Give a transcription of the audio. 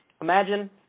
imagine